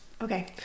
Okay